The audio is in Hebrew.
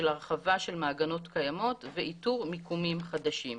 הרחבה של מעגנות קיימות ואיתור מיקומים חדשים.